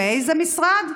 מאיזה משרד?